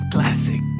Classic